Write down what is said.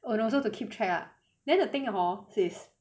and also to keep track ah then the thing hor is